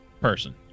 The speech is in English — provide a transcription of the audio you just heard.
person